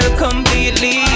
completely